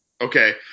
Okay